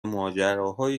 ماجراهایی